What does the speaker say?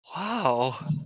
Wow